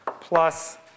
plus